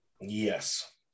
yes